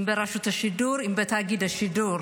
ברשות השידור, בתאגיד השידור.